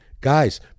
guys